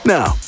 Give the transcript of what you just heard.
Now